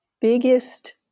biggest